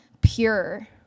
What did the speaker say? pure